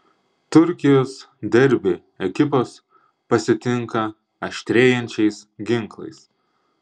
turkijos derbį ekipos pasitinka aštrėjančiais ginklais